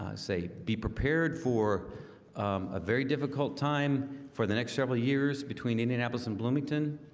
say be prepared for a very difficult time for the next several years between indianapolis and bloomington